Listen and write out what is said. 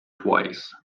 twice